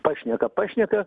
pašneka pašneka